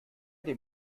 dem